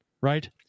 right